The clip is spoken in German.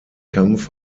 kampf